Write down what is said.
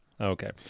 Okay